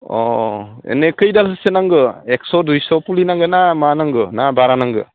अ अ एने खै दालसो नांगो एकस' दुइस' फुलि नांगो ना मा नांगो ना बारा नांगो